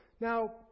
now